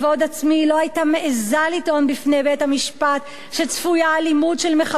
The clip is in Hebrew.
היא לא היתה מעזה לטעון בפני בית-המשפט שצפויה אלימות של מחבלי הגבעות,